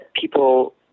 people